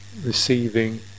receiving